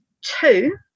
two